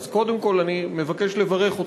אז קודם כול, אני מבקש לברך אתכם.